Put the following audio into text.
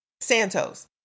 Santos